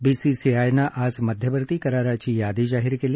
बीसीसीआयनं आज मध्यवर्ती कराराची यादी जाहीर केली